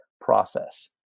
process